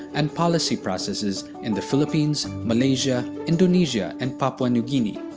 and policy processes in the philippines, malaysia, indonesia and papua new guinea.